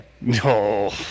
No